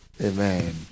amen